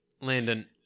Landon